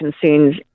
concerns